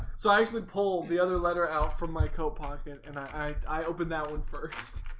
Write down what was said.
so i actually pulled the other letter out from my coat pocket, and i i opened that one first